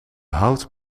hout